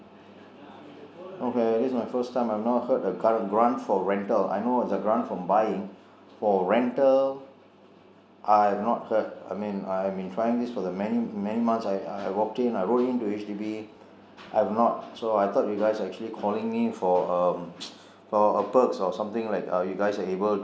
okay this is my first time I've not heard a grant for rental I know of a grant for buying for rental I've not heard I mean I've been trying this for the many many months I I walked in I wrote in to H_D_B so I thought you guys actually calling me for um for a perks or something like uh you guys are able to